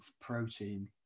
protein